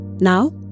Now